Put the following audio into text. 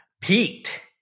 peaked